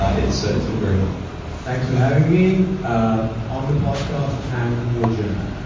ah it's ah it's been very helpful thanks for having me ah on the podcast and in your journey